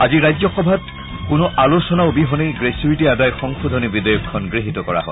আজি ৰাজ্যসভাত কোনো আলোচনা অবিহনেই গ্ৰেচুইটী আদায় সংশোধনী বিধেয়কখন গৃহীত কৰা হয়